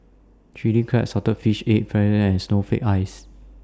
Chilli Crab Salted Fish Egg and Snowflake Ice